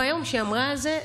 ביום שהיא אמרה את זה,